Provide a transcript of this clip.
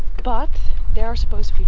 but there are supposed